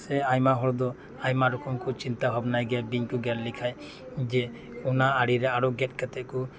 ᱥᱮ ᱟᱭᱢᱟ ᱦᱚᱲ ᱫᱚ ᱟᱭᱢᱟ ᱨᱚᱠᱚᱢ ᱠᱚ ᱪᱤᱱᱛᱟᱹ ᱵᱷᱟᱵᱽᱱᱟᱭ ᱜᱮᱭᱟ ᱵᱤᱧ ᱠᱚ ᱜᱮᱨ ᱞᱮᱠᱷᱟᱱ ᱡᱮ ᱚᱱᱟ ᱟᱲᱮᱨᱮ ᱟᱨᱚ ᱜᱮᱫ ᱠᱟᱛᱮᱫ ᱠᱚ